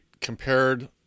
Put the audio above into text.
compared